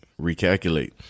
recalculate